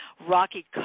rocky